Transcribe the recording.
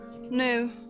No